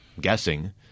guessing